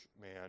man